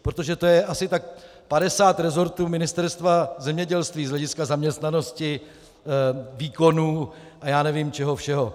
Protože to je asi tak 50 rezortů Ministerstva zemědělství z hlediska zaměstnanosti, výkonů a já nevím čeho všeho.